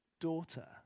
daughter